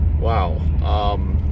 Wow